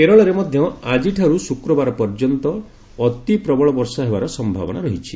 କେରଳରେ ମଧ୍ୟ ଆଜିଠାରୁ ଶୁକ୍ରବାର ପର୍ଯ୍ୟନ୍ତ ଅତି ପ୍ରବଳ ବର୍ଷା ହେବାର ସମ୍ଭାବନା ରହିଛି